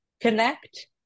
connect